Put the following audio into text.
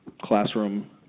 classroom